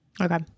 Okay